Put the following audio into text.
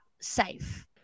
Safe